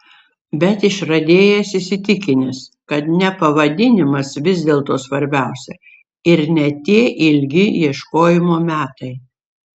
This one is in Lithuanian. bet išradėjas įsitikinęs kad ne pavadinimas vis dėlto svarbiausia ir ne tie ilgi ieškojimo metai